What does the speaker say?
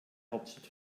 hauptstadt